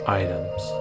items